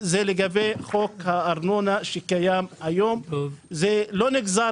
לגבי חוק הארנונה שקיים היום לא נגזר